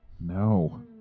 No